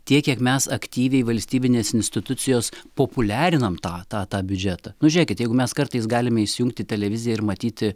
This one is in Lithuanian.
tiek kiek mes aktyviai valstybinės institucijos populiariname tą tą tą biudžetą nu žiūrėkit jeigu mes kartais galime įsijungti televiziją ir matyti